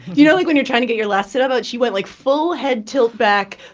you know like when you're trying to get your last sit-up? but she went, like, full head tilt back,